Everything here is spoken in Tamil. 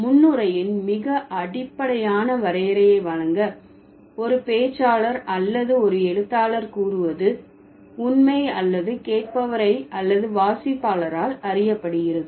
முன்னுரையின் மிக அடிப்படையான வரையறையை வழங்க ஒரு பேச்சாளர் அல்லது ஒரு எழுத்தாளர் கூறுவது உண்மை அல்லது கேட்பவரை அல்லது வாசிப்பாளரால் அறியப்படுகிறது